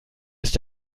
ist